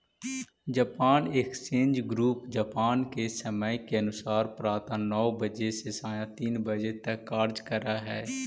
Japan exchange group Japan के समय के अनुसार प्रातः नौ बजे से सायं तीन बजे तक कार्य करऽ हइ